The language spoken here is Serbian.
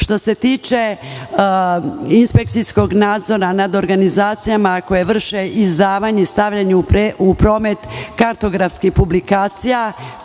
se tiče inspekcijskog nadzora nad organizacijama koje vrše izdavanje i stavljanje u promet kartografskih publikacija,